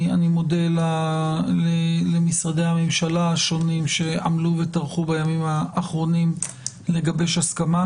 אני מודה למשרדי הממשלה השונים שעמלו וטרחו בימים האחרונים לגבש הסכמה.